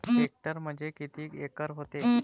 Hectare म्हणजे किती acre व्हते?